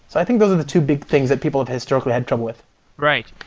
i think those are the two big things that people have historically had trouble with right.